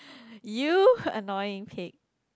you annoying okay